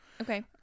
Okay